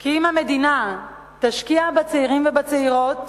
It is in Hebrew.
כי אם המדינה תשקיע בצעירים ובצעירות